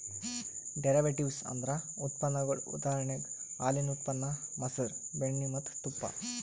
derivatives ಅಂದ್ರ ಉತ್ಪನ್ನಗೊಳ್ ಉದಾಹರಣೆಗ್ ಹಾಲಿನ್ ಉತ್ಪನ್ನ ಮಸರ್, ಬೆಣ್ಣಿ ಮತ್ತ್ ತುಪ್ಪ